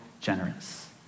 generous